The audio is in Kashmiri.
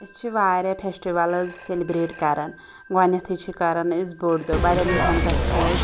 أسۍ چھِ واریاہ فیٚسٹِولٕز سیٚلبرٛیٹ کران گۄڈٕنیٚتھٕے چھِ کران أسۍ بوٚڑ دۄہ بَڑیٚن دۄہَن پٮ۪ٹھ چھِ أسۍ